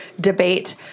debate